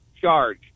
charge